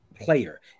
player